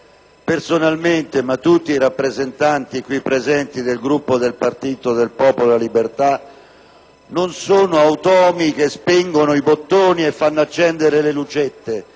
collega Cintola. Tutti i rappresentanti qui presenti del Gruppo del Popolo della Libertà non sono automi che spingono i bottoni e fanno accendere le lucette: